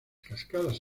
cascadas